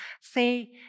say